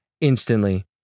Instantly